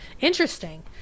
Interesting